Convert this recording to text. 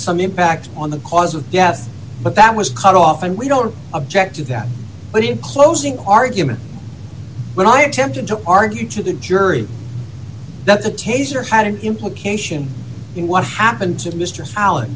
some impact on the cause of death but that was cut off and we don't object to that but in closing argument when i attempted to argue to the jury that's a taser had an implication in what happened to mr al